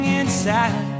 inside